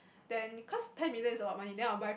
ten cause ten million is alot of money then I'll buy